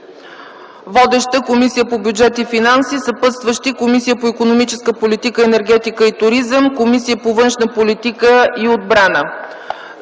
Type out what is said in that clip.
Водеща е Комисията по бюджет и финанси. Съпътстващи са Комисията по икономическата политика, енергетика и туризъм и Комисията по външна политика и отбрана.